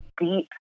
deep